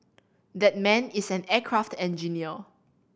that man is an aircraft engineer